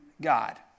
God